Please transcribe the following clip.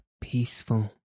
peaceful